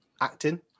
acting